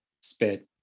spit